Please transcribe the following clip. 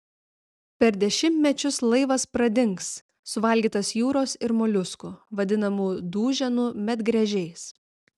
per dešimtmečius laivas pradings suvalgytas jūros ir moliuskų vadinamų duženų medgręžiais